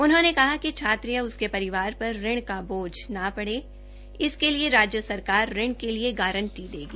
उन्होंने कहा कि छात्र या उसके परिवार पर ऋण का बोझ न पड़े इसके लिए राज्य सरकार ऋण के लिए गारंटी देगी